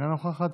אינה נוכחת,